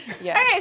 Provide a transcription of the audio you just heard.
okay